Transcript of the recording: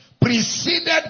preceded